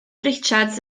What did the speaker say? richards